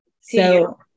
So-